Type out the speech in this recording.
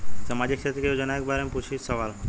सामाजिक क्षेत्र की योजनाए के बारे में पूछ सवाल?